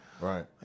Right